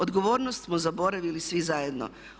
Odgovornost smo zaboravili svi zajedno.